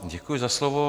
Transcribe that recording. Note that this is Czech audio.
Děkuji za slovo.